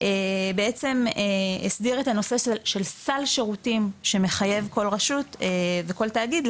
בעצם הסדיר את הנושא של סל שירותים שמחייב כל רשות וכל תאגיד,